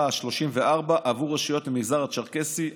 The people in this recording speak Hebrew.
השלושים-וארבע עבור רשויות המגזר הצ'רקסי,